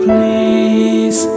Please